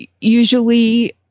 usually